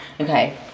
okay